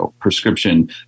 prescription